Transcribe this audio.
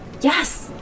yes